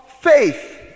faith